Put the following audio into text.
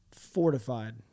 fortified